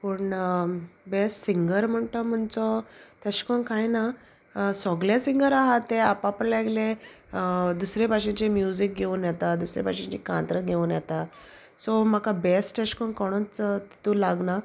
पूण best singer म्हणटा म्हणचो तेशें कोन कांय ना सोगले सिंगर आहा ते आपआपल्याले गेले दुसरे भाशेचे म्युजीक घेवन येता दुसरे भाशेची कांतरां घेवन येता सो म्हाका बेस्ट अेश कोन्न कोणूच तितू लागना